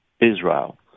Israel